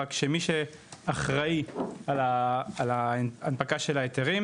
רק שמי שאחראי על ההנפקה של ההיתרים,